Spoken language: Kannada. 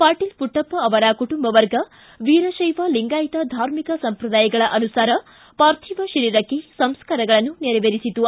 ಪಾಟೀಲ್ ಪುಟ್ಟಪ್ಪ ಅವರ ಕುಟುಂಬ ವರ್ಗ ವೀರಕೈವ ಲಿಂಗಾಯತ ಧಾರ್ಮಿಕ ಸಂಪ್ರದಾಯಗಳ ಅನುಸಾರ ಪಾರ್ಥಿವ ಶರೀರಕ್ಕೆ ಸಂಸ್ಕಾರಗಳನ್ನು ನೆರವೇರಿಸಿತು